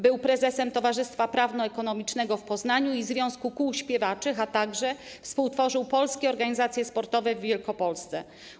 Był prezesem Towarzystwa Prawno-Ekonomicznego w Poznaniu i Związku Kół Śpiewaczych, a także współtworzył polskie organizacje sportowe w Wielkopolsce.